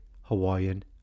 Hawaiian